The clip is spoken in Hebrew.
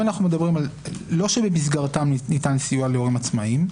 אם אנחנו מדברים על לא שבמסגרתם ניתן סיוע להורים עצמאיים,